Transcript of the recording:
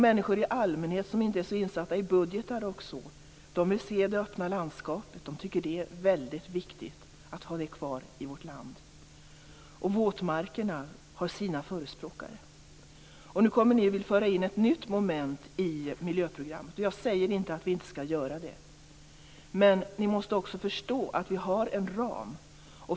Människor i allmänhet, som inte är så insatta i budgetarna, vill se det öppna landskapet. De tycker att det är mycket viktigt att ha dem kvar i vårt land. Våtmarkerna har sina förespråkare. Nu kommer ni och vill föra in ett nytt moment i miljöprogrammet. Jag säger inte att vi inte skall göra det. Men ni måste också förstå att vi har en ram.